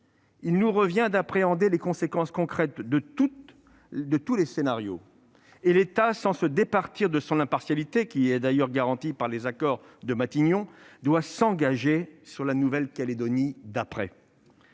Il nous revient d'appréhender les conséquences concrètes de tous les scénarios. L'État, sans se départir de son impartialité, laquelle est d'ailleurs garantie par les accords de Matignon, doit s'engager sur la Nouvelle-Calédonie d'après.